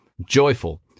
Joyful